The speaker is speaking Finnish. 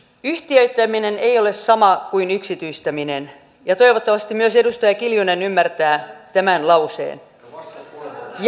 yhtiöittäminen ei ole sama kuin yksityistäminen ja toivottavasti myös edustaja kiljunen ymmärtää tämän lauseen